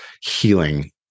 healing